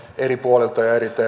eri puolilta